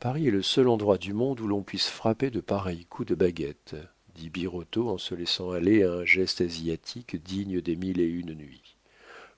paris est le seul endroit du monde où l'on puisse frapper de pareils coups de baguette dit birotteau en se laissant aller à un geste asiatique digne des mille et une nuits